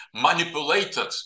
manipulated